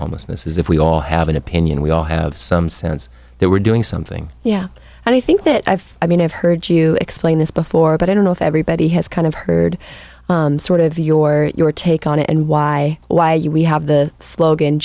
homelessness is if we all have an opinion we all have some sense that we're doing something yeah i think that i've i mean i've heard you explain this before but i don't know if everybody has kind of heard sort of your your take on it and why why you we have the slogan